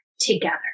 together